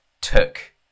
took